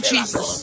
Jesus